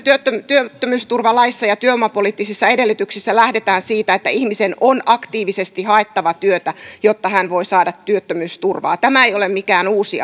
työttömyysturvalaissa ja työvoimapoliittisissa edellytyksissä lähdetään siitä että ihmisen on aktiivisesti haettava työtä jotta hän voi saada työttömyysturvaa se ei ole mikään uusi